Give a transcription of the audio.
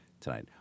tonight